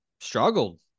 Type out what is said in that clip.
struggled